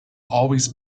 always